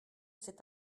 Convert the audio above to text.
cet